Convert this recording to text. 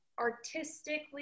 artistically